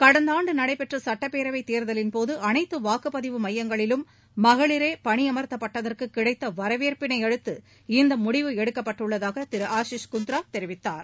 கடந்த ஆண்டு நடைபெற்ற சட்டப்பேரவை தேர்தலின்போது அனைத்து வாக்குப்பதிவு மையங்களிலும் மகளிரே பணியமர்த்தப்பட்டதற்கு கிடைத்த வரவேற்பையடுத்து இந்த முடிவு எடுக்கப்பட்டுள்ளதாக திரு அஷிஸ் குந்த்ரா தெரிவித்தார்